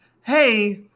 hey